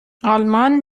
آلمان